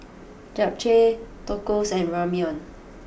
Japchae Tacos and Ramyeon